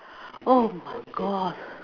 oh my God